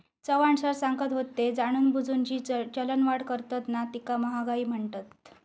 Chavan sir सांगत होते, जाणूनबुजून जी चलनवाढ करतत ना तीका महागाई म्हणतत